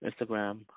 Instagram